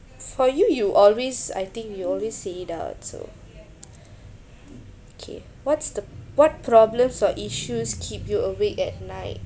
for you you always I think you always say it out so kay what's the what problems or issues keep you awake at night